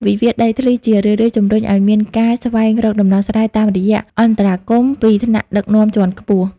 វិវាទដីធ្លីជារឿយៗជំរុញឱ្យមានការស្វែងរកដំណោះស្រាយ តាមរយៈអន្តរាគមន៍ពីថ្នាក់ដឹកនាំជាន់ខ្ពស់។